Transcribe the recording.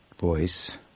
voice